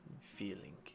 feeling